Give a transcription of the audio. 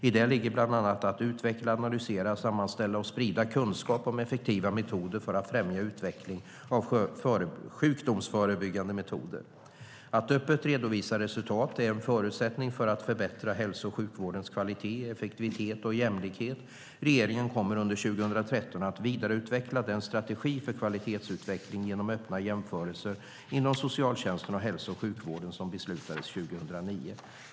I det ligger bland annat att utveckla, analysera, sammanställa och sprida kunskap om effektiva metoder för att främja utvecklingen av sjukdomsförebyggande metoder. Att öppet redovisa resultat är en förutsättning för att förbättra hälso och sjukvårdens kvalitet, effektivitet och jämlikhet. Regeringen kommer under 2013 att vidareutveckla den strategi för kvalitetsutveckling genom Öppna jämförelser inom socialtjänsten och hälso och sjukvården som beslutades 2009.